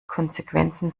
konsequenzen